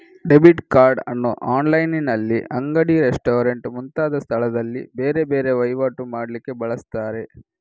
debit card ಅನ್ನು ಆನ್ಲೈನಿನಲ್ಲಿ, ಅಂಗಡಿ, ರೆಸ್ಟೋರೆಂಟ್ ಮುಂತಾದ ಸ್ಥಳದಲ್ಲಿ ಬೇರೆ ಬೇರೆ ವೈವಾಟು ಮಾಡ್ಲಿಕ್ಕೆ ಬಳಸ್ತಾರೆ